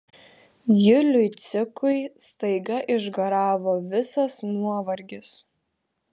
juliui cikui staiga išgaravo visas nuovargis